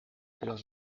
los